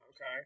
Okay